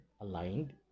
aligned